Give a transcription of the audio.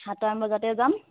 সাতটা মান বজাতে যাম